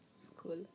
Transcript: school